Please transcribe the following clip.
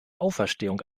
auferstehung